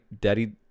daddy